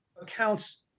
accounts